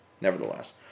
Nevertheless